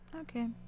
Okay